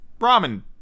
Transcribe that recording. ramen